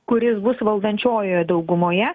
kuris bus valdančiojoje daugumoje